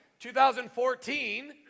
2014